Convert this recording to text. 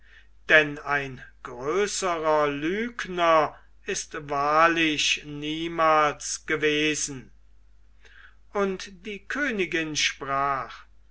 denn ein größerer lügner ist wahrlich niemals gewesen und die königin sprach